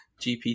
GPT